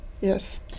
Yes